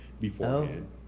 beforehand